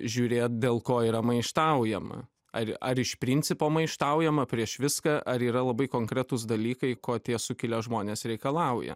žiūrėt dėl ko yra maištaujama ar ar iš principo maištaujama prieš viską ar yra labai konkretūs dalykai ko tie sukilę žmonės reikalauja